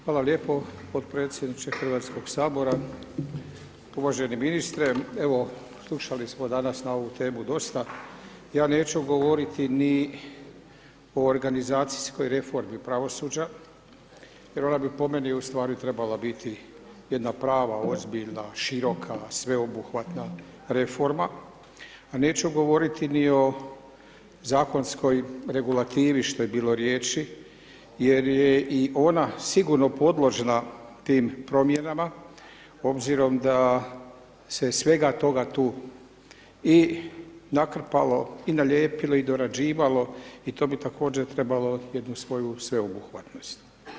Hvala lijepo podpredsjedniče Hrvatskoga sabora, uvaženi ministre, evo slušali smo danas na ovu temu dosta, ja neću govoriti ni o organizacijskoj reformi pravosuđa jer ona bi po meni u stvari trebala biti jedna prava, ozbiljna, široka, sveobuhvatna reforma, a neću govoriti ni o zakonskoj regulativi što je bilo riječi jer je i ona sigurno podložna tim promjenama obzirom da se svega toga tu i nakrpalo i nalijepilo i dorađivalo i to bi također trebalo jednu svoju sveobuhvatnost.